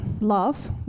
love